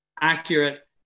accurate